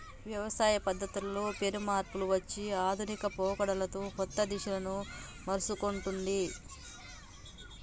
వ్యవసాయ పద్ధతుల్లో పెను మార్పులు వచ్చి ఆధునిక పోకడలతో కొత్త దిశలను మర్సుకుంటొన్ది